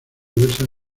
diversas